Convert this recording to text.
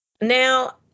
Now